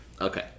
Okay